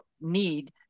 need